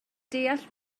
deall